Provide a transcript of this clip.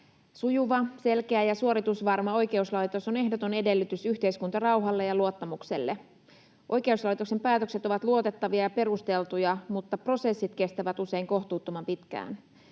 Sujuva, selkeä ja suoritusvarma oikeuslaitos on ehdoton edellytys yhteiskuntarauhalle ja luottamukselle. Oikeuslaitoksen päätökset ovat luotettavia ja perusteltuja, mutta prosessit kestävät usein kohtuuttoman pitkään.